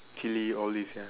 chill all these ya